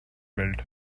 built